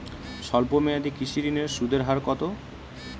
স্বল্প মেয়াদী কৃষি ঋণের সুদের হার কত?